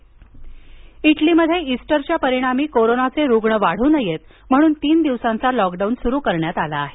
Italy टाळेबंदी इटलीमध्ये ईस्टरच्या परिणामी कोरोनाचे रुग्ण वाढू नयेत म्हणून तीन दिवसांचा लॉकडाऊन सुरु करण्यात आला आहे